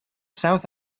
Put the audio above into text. south